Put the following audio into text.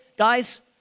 Guys